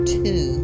two